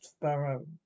barrow